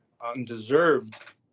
undeserved